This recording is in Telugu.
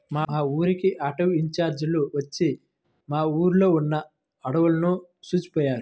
మా ఊరికి అటవీ ఇంజినీర్లు వచ్చి మా ఊర్లో ఉన్న అడువులను చూసిపొయ్యారు